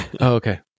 okay